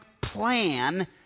plan